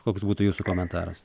koks būtų jūsų komentaras